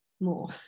more